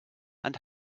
and